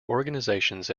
organizations